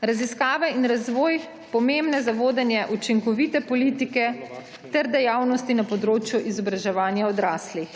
raziskave in razvoj pomembna za vodenje učinkovite politike ter dejavnosti na področju izobraževanja odraslih.